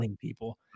People